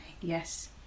Yes